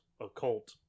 Occult